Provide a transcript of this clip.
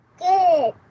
Good